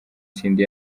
cindy